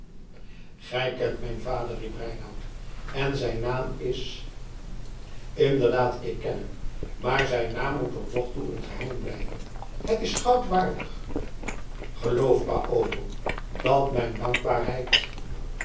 gij kent mijn vader riep reinout en zijn naam is inderdaad ik ken hem maar zijn naam moet tot nog toe een geheim blijven het is goud waardig geloof paolo dat mijn dankbaarheid